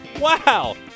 Wow